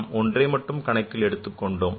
நாம் ஒன்றை மட்டுமே கணக்கில் எடுத்துக் கொண்டோம்